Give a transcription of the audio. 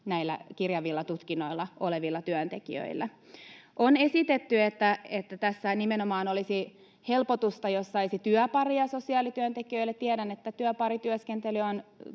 näillä kirjavilla tutkinnoilla olevilla työntekijöillä. On esitetty, että tässä nimenomaan olisi helpotusta, jos saisi työparin sosiaalityöntekijöille. Tiedän, että työparityöskentely on